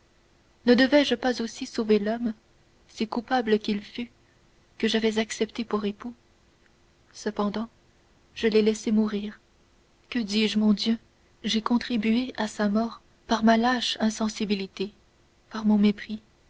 ne devais-je pas aussi sauver l'homme si coupable qu'il fût que j'avais accepté pour époux cependant je l'ai laissé mourir que dis-je mon dieu j'ai contribué à sa mort par ma lâche insensibilité par mon mépris